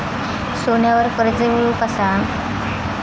सोन्यावर कर्ज मिळवू कसा?